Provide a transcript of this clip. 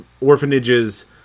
orphanage's